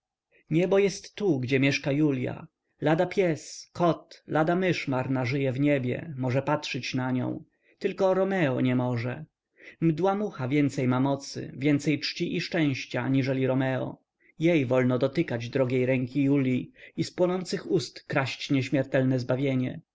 niebo jest tu gdzie mieszka julia lada pies kot lada mysz marna żyje w niebie może patrzyć na nią tylko romeo nie może mdła mucha więcej ma mocy więcej czci i szczęścia aniżeli romeo jej wolno dotykać drogiej ręki julii i z płonących ust kraść nieśmiertelne zbawienie